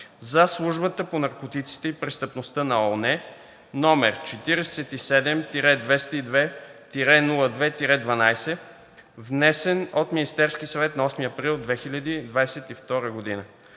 за Службата по наркотиците и престъпността на ООН, № 47 202 02 12, внесен от Министерския съвет на 8 април 2022 г.“